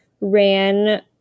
ran